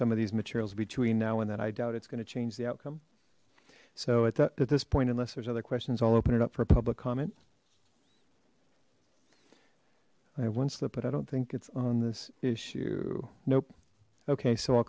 some of these materials between now and then i doubt it's going to change the outcome so at this point unless there's other questions i'll open it up for a public comment i have one slip but i don't think it's on this issue nope okay so